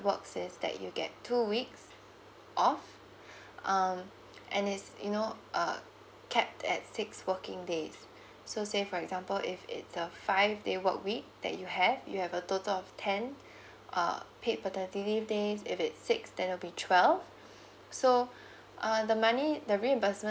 works is that you get two weeks off um and it's you know uh capped at six working days so say for example if it's a five day work week that you have you have a total of ten uh paid paternity leave days if it's six then will be twelve so uh the money the reimbursement